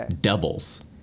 doubles